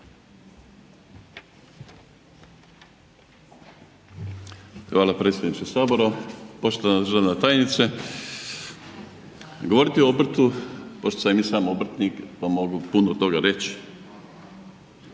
Hvala predsjedniče Sabora. Poštovana državna tajnice. Govoriti o obrtu pošto sam i sam obrtnik pa mogu puno toga reć,